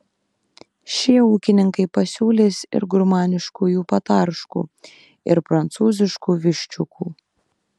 šie ūkininkai pasiūlys ir gurmaniškųjų patarškų ir prancūziškų viščiukų